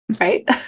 right